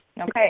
okay